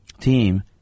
team